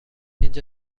اینجا